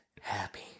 happy